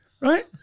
Right